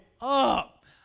up